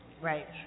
Right